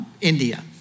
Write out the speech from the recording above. India